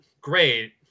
great